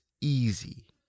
easy